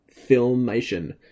filmation